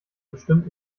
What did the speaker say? bestimmt